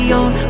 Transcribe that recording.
on